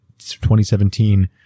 2017